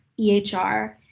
EHR